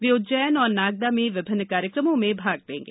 वे उज्जैन और नागदा में विभिन्न कार्यक्रमों में भाग लेंगे